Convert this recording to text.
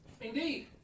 Indeed